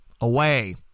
away